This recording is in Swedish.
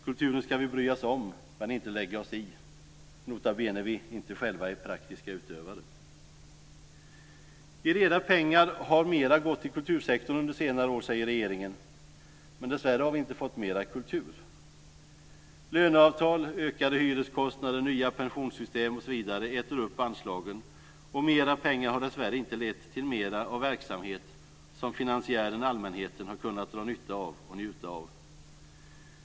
Kulturen ska vi bry oss om, men inte lägga oss i - nota bene om vi inte själva är praktiska utövare. I reda pengar har mera gått till kultursektorn under senare år, säger regeringen, men dessvärre har vi inte fått mera kultur. Löneavtal, ökade hyreskostnader, nya pensionssystem osv. äter upp anslagen, och mera pengar har dessvärre inte lett till mera av verksamhet som finansiären allmänheten har kunnat dra nytta av och njuta av.